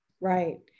Right